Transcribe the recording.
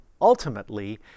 ultimately